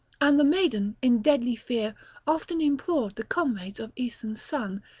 and the maiden in deadly fear often implored the comrades of aeson's son,